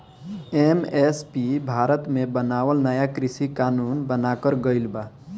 MSP Bharat मे बनावल नाया कृषि कानून बनाकर गइल बा